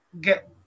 get